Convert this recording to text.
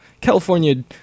California